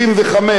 17,